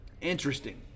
interesting